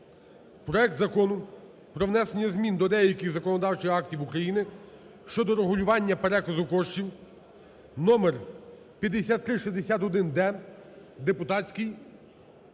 проект Закону про внесення змін до деяких законодавчих актів України щодо регулювання переказу коштів (номер 5361-д, депутатський)